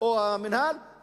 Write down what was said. המינהל,